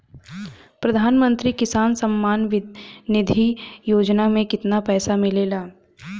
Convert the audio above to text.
प्रधान मंत्री किसान सम्मान निधि योजना में कितना पैसा मिलेला?